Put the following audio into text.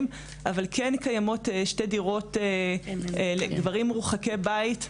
אבל כן קיימות שתי דירות לגברים מורחקי בית,